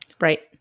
Right